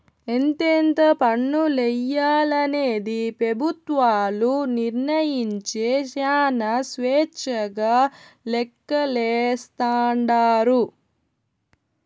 ఎంతెంత పన్నులెయ్యాలనేది పెబుత్వాలు నిర్మయించే శానా స్వేచ్చగా లెక్కలేస్తాండారు